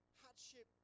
hardship